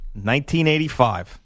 1985